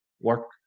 work